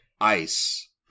Ice